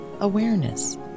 awareness